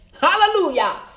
Hallelujah